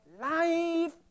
life